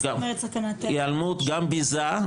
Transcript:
גם ביזה,